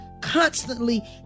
constantly